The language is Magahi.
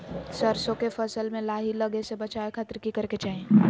सरसों के फसल में लाही लगे से बचावे खातिर की करे के चाही?